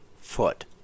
foot